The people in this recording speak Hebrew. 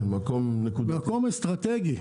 מקום אסטרטגי.